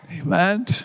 Amen